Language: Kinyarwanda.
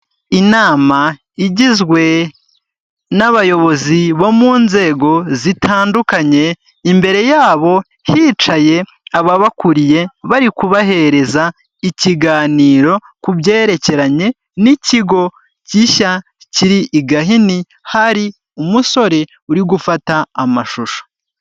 Inama igizwe n'abayobozi bo mu nzego zitandukanye, imbere yabo hicaye ababakuriye bari kubahereza ikiganiro ku byerekeranye n'ikigo gishya kiri i Gahini, hari umusore uri gufata amashusho.